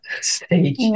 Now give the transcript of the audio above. stage